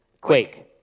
Quake